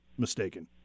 mistaken